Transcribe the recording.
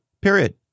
Period